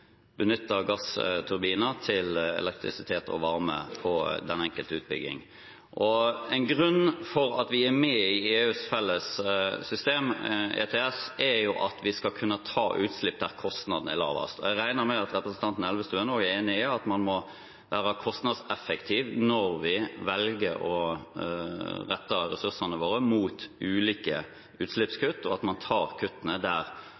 benytte gassturbiner til elektrisitet og varme på den enkelte utbygging. En grunn til at vi er med i EUs felles system, ETS, er jo at vi skal kunne ta utslippene der kostnadene er lavest. Jeg regner med at representanten Elvestuen er enig i at man må være kostnadseffektiv når vi velger å rette ressursene våre mot ulike utslippskutt, og at man tar kuttene der